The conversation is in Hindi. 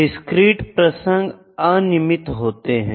डिस्क्रीट प्रसंग अनियमित होते हैं